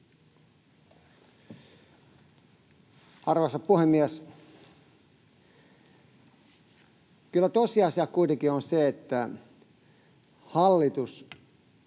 Arvoisa puhemies! Kyllä tosiasia kuitenkin on se, että hallitus